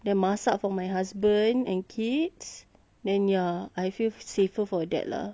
then masak for my husband and kids then ya I feel safer for that lah